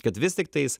kad vis tiktais